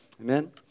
Amen